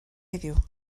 heddiw